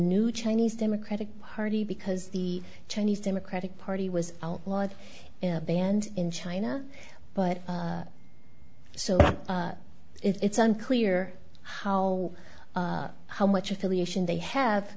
new chinese democratic party because the chinese democratic party was outlawed banned in china but so it's unclear how how much affiliation they have